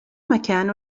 مكان